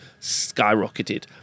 skyrocketed